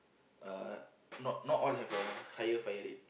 uh not not all have a higher fire rate